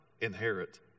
inherit